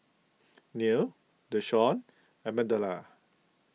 Neal Deshawn and Migdalia